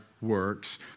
works